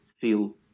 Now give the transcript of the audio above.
feel